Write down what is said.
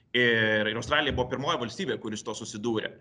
ir ir australija buvo pirmoji valstybė kuri su tuo susidūrė